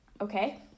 Okay